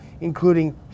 including